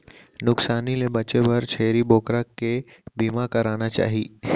नुकसानी ले बांचे बर छेरी बोकरा के बीमा कराना चाही